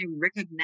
recognize